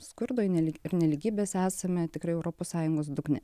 skurdui nelyg ir nelygybės esame tikrai europos sąjungos dugne